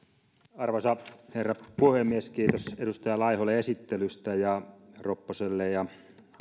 arvoisa herra puhemies kiitos edustaja laiholle esittelystä ja mäkisalo ropposelle ja